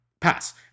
pass